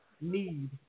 need